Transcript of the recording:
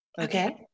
Okay